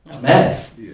Math